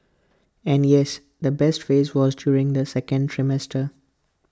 and yes the best phrase was during the second trimester